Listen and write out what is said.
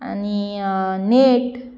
आनी नेट